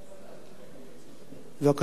בבקשה, אדוני, שלוש דקות לרשותך.